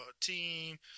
team